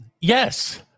Yes